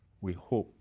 we hope